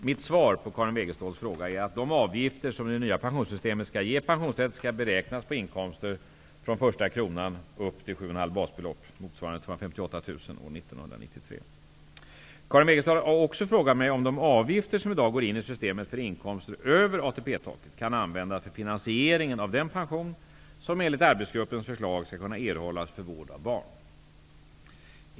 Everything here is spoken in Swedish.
Mitt svar på Karin Wegeståls fråga är att de avgifter som i det nya pensionssystemet skall ge pensionsrätt skall beräknas på inkomster från första kronan upp till Karin Wegestål har också frågat mig om de avgifter som i dag går in i systemet för inkomster över ATP taket kan användas för finansieringen av den pension som enligt Pensionsarbetsgruppens förslag skall kunna erhållas för vård av barn.